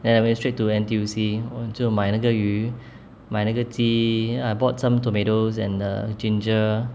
then I went straight to N_T_U_C 我就买那个鱼买那个鸡 I bought some tomatoes and uh ginger